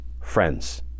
friends